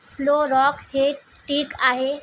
slow rock हे ठीक आहे